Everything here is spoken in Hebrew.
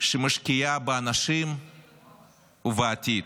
שמשקיעה באנשים ובעתיד.